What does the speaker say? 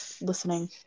listening